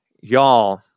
y'all